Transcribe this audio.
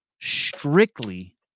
strictly –